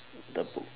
the book